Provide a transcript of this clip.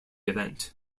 event